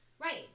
Right